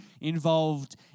involved